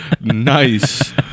Nice